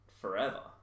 forever